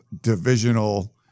divisional